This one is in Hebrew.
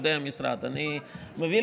שאם נפעל